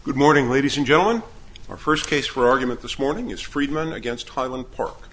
good morning ladies and gentlemen our first case for argument this morning is friedman against highland park